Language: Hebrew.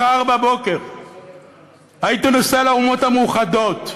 מחר בבוקר הייתי נוסע לאומות המאוחדות,